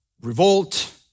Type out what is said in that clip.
Revolt